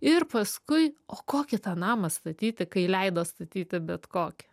ir paskui o kokį tą namą statyti kai leido statyti bet kokį